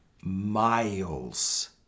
miles